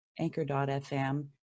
Anchor.fm